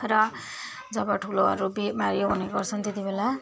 र जब ठुलोहरू बिमारी हुने गर्छन् त्यतिबेला